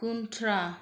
ꯀꯨꯟꯊ꯭ꯔꯥ